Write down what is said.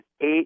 eight